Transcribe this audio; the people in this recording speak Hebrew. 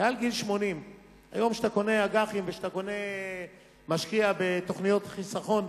מעל גיל 80. היום כשאתה קונה אג"חים ומשקיע בתוכניות חיסכון,